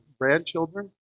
grandchildren